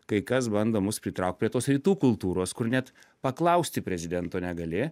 kai kas bando mus pritraukt prie tos rytų kultūros kur net paklausti prezidento negali